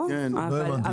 לא הבנתי.